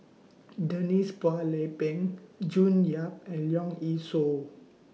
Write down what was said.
Denise Phua Lay Peng June Yap and Leong Yee Soo